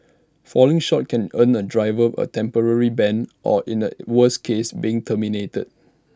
falling short can earn A driver A temporary ban or in A worse case being terminated